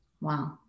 Wow